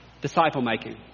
disciple-making